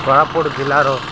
କୋରାପୁଟ ଜିଲ୍ଲାର